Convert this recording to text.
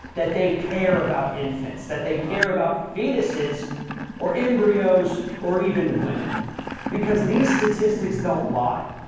that they care about infants, that they care about fetuses or embryos or even women because these statistics don't lie.